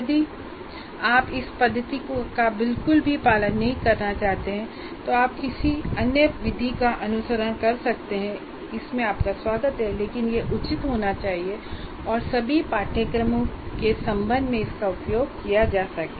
यदि आप इस पद्धति का बिल्कुल भी पालन नहीं करना चाहते हैं तो आप किसी अन्य विधि का अनुसरण कर सकते हैं इसमें आपका स्वागत है लेकिन यह उचित होना चाहिए और सभी पाठ्यक्रमों के संबंध में इसका उपयोग किया जा सके